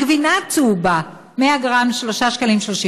הגבינה הצהובה, 100 גרם, 3.35 שקלים.